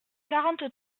quarante